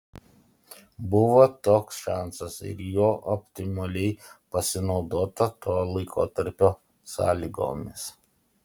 buvo toks šansas ir juo optimaliai pasinaudota to laikotarpio sąlygomis